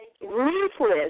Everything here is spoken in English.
Ruthless